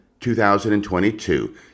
2022